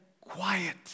quiet